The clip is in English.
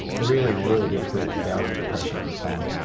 really, really difficult bout of depression at the time.